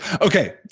Okay